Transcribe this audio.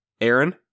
Aaron